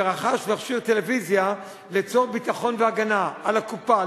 שרכש מכשיר טלוויזיה לצורך ביטחון והגנה על הקופה,